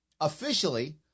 Officially